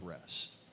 rest